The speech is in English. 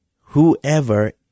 whoever